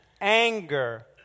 anger